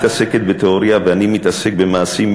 היות שאת מתעסקת בתיאוריה ואני מתעסק במעשים,